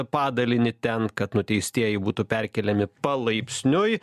padalinį ten kad nuteistieji būtų perkeliami palaipsniui